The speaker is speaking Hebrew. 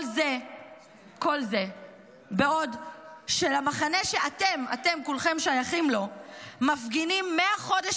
כל זה בעוד במחנה שאתם כולכם שייכים לו מפגינים מהחודש